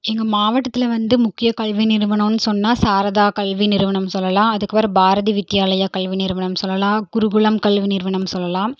எங்கள் மாவட்டத்தில் வந்து முக்கிய கல்வி நிறுவனம்னு சொன்னால் சாரதா கல்வி நிறுவனம் சொல்லலாம் அதுக்கு வேறு பாரதி வித்யாலயா கல்வி நிறுவனம் சொல்லலாம் குருகுலம் கல்வி நிறுவனம் சொல்லலாம்